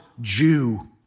Jew